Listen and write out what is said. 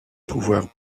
pouvoir